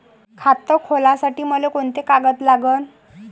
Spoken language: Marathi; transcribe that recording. खात खोलासाठी मले कोंते कागद लागन?